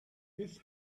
his